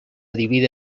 divide